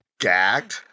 gagged